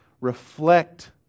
reflect